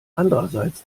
andererseits